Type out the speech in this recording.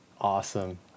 Awesome